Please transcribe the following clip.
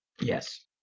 Yes